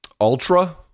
Ultra